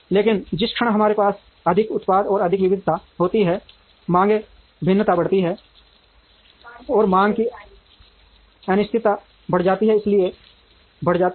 लेकिन जिस क्षण हमारे पास अधिक उत्पाद और अधिक विविधता होती है मांग भिन्नता बढ़ती है और मांग में अनिश्चितता बढ़ जाती है इसलिए बढ़ जाती है